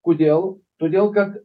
kodėl todėl kad